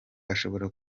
ashobora